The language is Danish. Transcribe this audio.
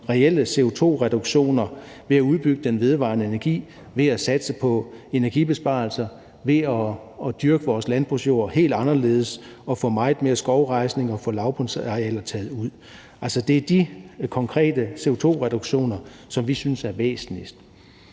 reelle CO2-reduktioner ved at udbygge den vedvarende energi, ved at satse på energibesparelser, ved at dyrke vores landbrugsjord helt anderledes og få meget mere skovrejsning og få lavbundsarealer taget ud. Det er de konkrete CO2-reduktioner, som vi synes er væsentligst.